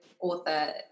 author